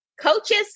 coaches